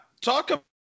Talk